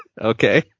okay